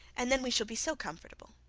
and then we shall be so comfortable